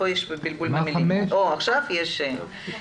לעומת נשים שאין להן,